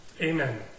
Amen